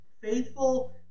faithful